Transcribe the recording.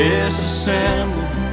Disassembled